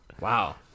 Wow